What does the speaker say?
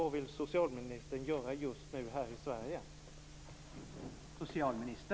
Vad vill socialministern göra just nu här i Sverige?